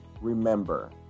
remember